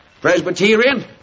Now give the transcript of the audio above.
Presbyterian